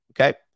Okay